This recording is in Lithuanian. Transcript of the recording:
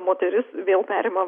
moteris vėl perima